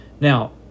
Now